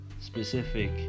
specific